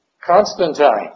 Constantine